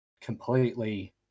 completely